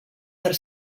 per